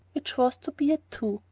which was to be at two,